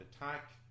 attack